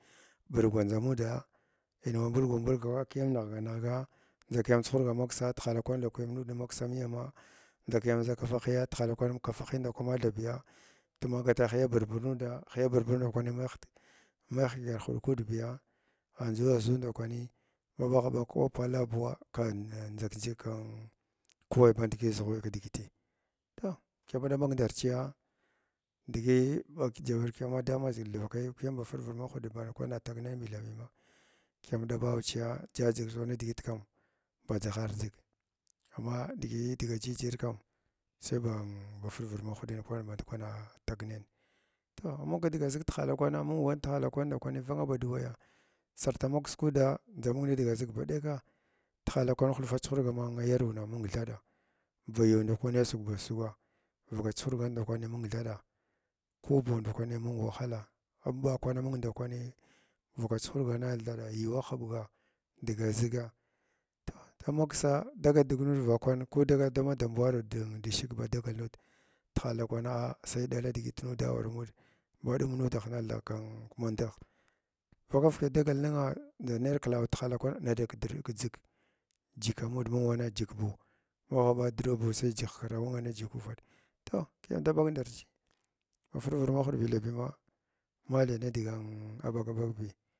Barngwandʒ amuda inwu mbulgu mbulga kiyam nighga nighga li kiyam chuharga maksa tihala kwan ndakwani mai nud maksamiyama ndʒa kiyam ʒakafa ʒhiya tihala kwan kafa hiya ndakwani mathabiya tumaba ta hiya burbur nuɗa hiiya burbur ndakwani magh mai hiyəky gar huɗ kuda andʒu aʒuw ndakwani ma ɓagha ɓag kawu palla, buwa kak njak njig kin kwaya bandi ʒughuy kdigiti toh kiyam ndaɓaya ndarchiya digi ɓag malkiyama damax; hgil dvakai kiyam ba firvid mahwuɗib band kwana tagnay bi thabi na kuyam daɓawa chiya dʒadʒir tha nidigit kam ba dʒaghar dʒig amma digi gda jijir kam sai ba ba firviɗ mahwuɗin banda kwana tagna yin toh mung nidiga ʒig lihala kwana mung wan tihala kwan ndakwani vanga ba duwaya sarta maksa kudu dʒaming ni diga zig ba ɗeka tihala kwan hulfa chuhurga ma mayaruwna mung thaɗa ba yuu ndakwani asug bsuga ulbuga chuhurgan ndakwani hung thaɗa ko ban ndakwani mung wahala inɓa kwanamung ndakwani vaka chuhurgana thaɗa yuwa huɓga dga ʒiga toh damaksa dagat dig nud vakwan ko dagat dama damboa rod di dshg ba dagal nud tihala kwana sai ɗala digita nuda awara mud baɗum mudah nalnug kmadithagh vaka vaki dagal ningha ndʒa ner klawa tihala kwan nada kdr dʒik, jika anuda wana jik buwa, maghɓa drop buw sai jik hkrɗa muwan jik ufaɗa, tog kiyam da ɓaga ndarhi ba firvad mahwɗi bi thabi ma ma thin nigana aɓaga ɓag bi.